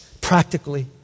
practically